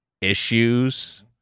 issues